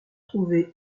trouver